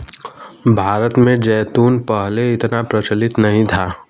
भारत में जैतून पहले इतना प्रचलित नहीं था